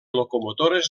locomotores